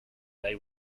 they